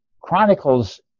chronicles